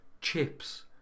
Chips